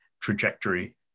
trajectory